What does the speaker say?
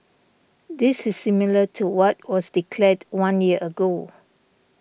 this is similar to what was declared one year ago